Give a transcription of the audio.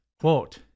Quote